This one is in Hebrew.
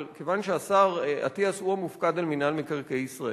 אבל כיוון שהשר אטיאס הוא המופקד על מינהל מקרקעי ישראל,